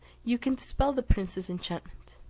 you can dispel the prince's enchantment.